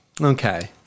Okay